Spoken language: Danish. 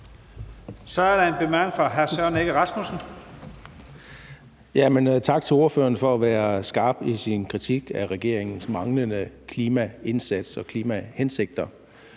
Tak til ordføreren for at være skarp i sin kritik af regeringens manglende klimaindsats og klimahensigter.